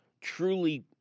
truly